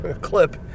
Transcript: clip